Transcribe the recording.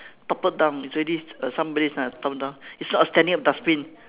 toppled down it's already uh somebody is uh toppled down it's not a standing up dustbin